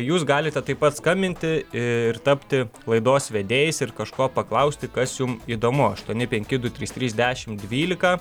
jūs galite taip pat skambinti ir tapti laidos vedėjais ir kažko paklausti kas jum įdomu aštuoni penki du trys trys dešimt dvylika